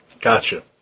Gotcha